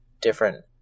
different